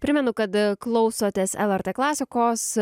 primenu kad klausotės lrt klasikos